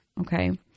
Okay